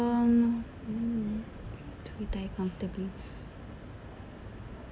um retired comfortably